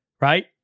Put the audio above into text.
right